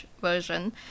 version